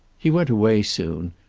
he went away soon,